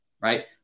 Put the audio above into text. right